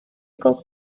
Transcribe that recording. gweld